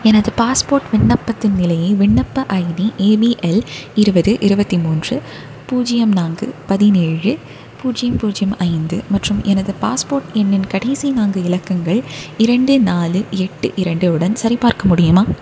எனது பாஸ்போர்ட் விண்ணப்பத்தின் நிலையை விண்ணப்ப ஐடி ஏபிஎல் இருபது இருபத்தி மூன்று பூஜ்ஜியம் நான்கு பதினேழு பூஜ்ஜியம் பூஜ்ஜியம் ஐந்து மற்றும் எனது பாஸ்போர்ட் எண்ணின் கடைசி நான்கு இலக்கங்கள் இரண்டு நாலு எட்டு இரண்டு உடன் சரிபார்க்க முடியுமா